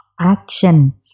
action